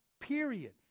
period